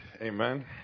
Amen